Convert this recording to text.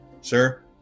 sir